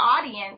audience